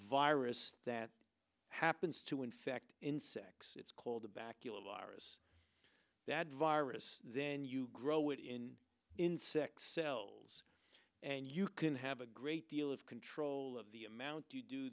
virus that happens to infect insects it's called a bacula virus that virus then you grow it in insect cells and you can have a great deal of control of the amount you do